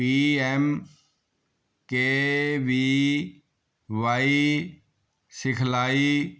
ਪੀ M K V Y ਸਿਖਲਾਈ